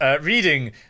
reading